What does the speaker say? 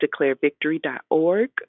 declarevictory.org